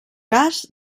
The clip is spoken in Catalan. cas